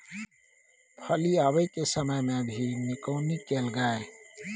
फली आबय के समय मे भी निकौनी कैल गाय?